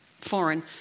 foreign